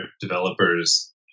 developers